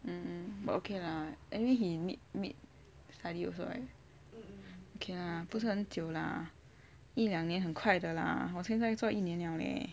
mm but okay lah anyway he need meet you study also right okay lah 不是很久 lah 一两年很快的 lah 我现在都做一年了 leh